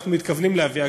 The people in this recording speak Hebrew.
ואנחנו מתכוונים להביא,